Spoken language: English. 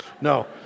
No